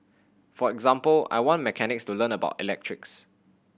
for example I want mechanics to learn about electrics